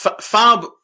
Fab